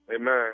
Amen